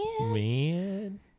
Man